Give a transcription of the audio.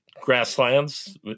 grasslands